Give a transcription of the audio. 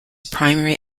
primary